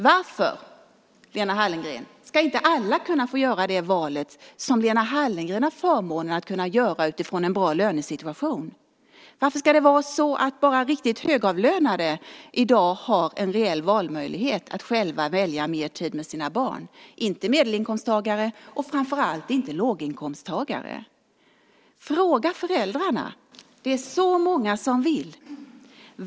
Varför, Lena Hallengren, ska inte alla kunna få göra det val som Lena Hallengren har förmånen att kunna göra utifrån en bra lönesituation? Varför ska bara riktigt högavlönade i dag ha en reell möjlighet att själva välja mer tid med sina barn - inte medelinkomsttagare och framför allt inte låginkomsttagare? Fråga föräldrarna! Det är så många som vill ha den här möjligheten.